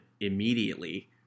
immediately